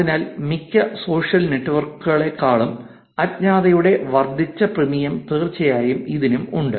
അതിനാൽ മിക്ക സോഷ്യൽ നെറ്റ്വർക്കുകളേക്കാളും അജ്ഞാതതയുടെ വർദ്ധിച്ച പ്രീമിയം തീർച്ചയായും ഇതിനു ഉണ്ട്